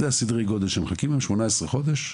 זה סדרי הגודל שמחכים לתור 18 חודשים.